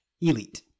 Elite